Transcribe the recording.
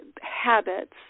habits